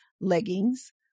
leggings